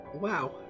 wow